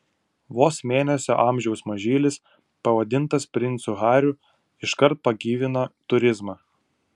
vos mėnesio amžiaus mažylis pavadintas princu hariu iškart pagyvino turizmą